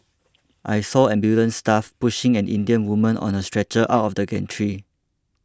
I saw ambulance staff pushing an Indian woman on a stretcher out of the gantry